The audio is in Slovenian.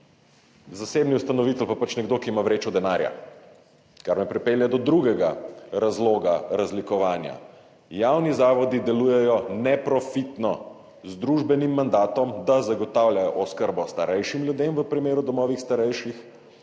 zasebni ustanovitelj pa pač nekdo, ki ima vrečo denarja, kar me pripelje do drugega razloga razlikovanja. Javni zavodi delujejo neprofitno z družbenim mandatom, da zagotavljajo oskrbo starejšim ljudem v primeru v domovih starejših